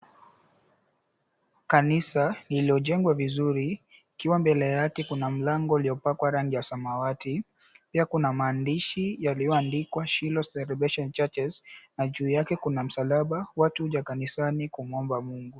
Kanisa lililojengwa vizuri ikiwa mbele yake kuna mlango uliopakwa rangi ya samawati, pia kuna maandishi yaliyoandikwa, Shiloh Celebration Churches, na juu yake kuna msalaba. Watu huja kanisani kumuomba Mungu.